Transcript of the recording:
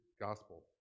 Gospel